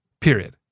period